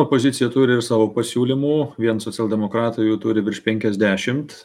opozicija turi ir savo pasiūlymų vien socialdemokratai jų turi virš penkiasdešim